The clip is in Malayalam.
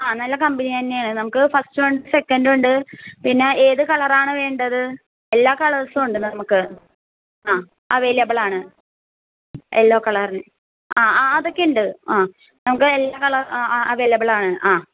ആ നല്ല കമ്പനി തന്നെയാണ് നമുക്ക് ഫസ്റ്റ് ഉണ്ട് സെക്കൻ്റ് ഉണ്ട് പിന്നെ ഏതു കളറാണ് വേണ്ടത് എല്ലാ കളേഴ്സും ഉണ്ട് നമുക്ക് ആ അവൈലബിളാണ് യെല്ലോ കളറിന് ആ ആ അതൊക്കെ ഉണ്ട് ആ നമുക്ക് എല്ലാ കളർ ആ ആ അവൈലബിളാണ് ആ